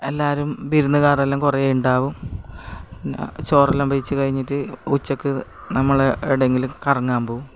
എല്ലാവരും വിരുന്നുകാരെല്ലാം കുറേ ഉണ്ടാകും ചോറെല്ലാം കഴിച്ചു കഴിഞ്ഞിട്ട് ഉച്ചക്ക് നമ്മൾ എവിടെയെങ്കിലും കറങ്ങാൻ പോകും